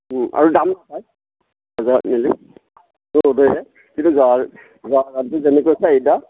আৰু দাম নাপায় কিন্তু জহা জহা ধানটোৰ যেনেকুৱা চাহিদা